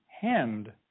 hand